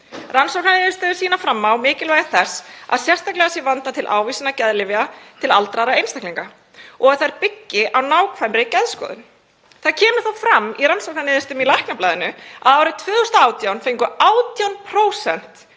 rannsóknaniðurstöður sýni fram á mikilvægi þess að sérstaklega sé vandað til ávísana geðlyfja til aldraðra einstaklinga og að þær byggi á nákvæmri geðskoðun. Það kemur fram í rannsóknaniðurstöðum í Læknablaðinu að árið 2018 fengu 18%